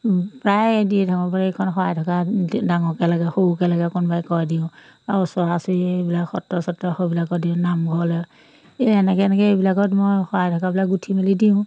প্ৰায়ে দি থাকোঁ এইখন শৰাই থকা ডাঙৰকৈ লাগে সৰুকৈ লাগে কোনোবাই কয় দিওঁ আৰু ওচৰা ওচৰি এইবিলাক সত্ৰ চত্ৰ সেইবিলাকত দিওঁ নামঘৰলৈ এই এনেকৈ এনেকৈ এইবিলাকত মই শৰাই ঢকাবিলাক গুঠি মেলি দিওঁ